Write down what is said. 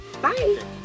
Bye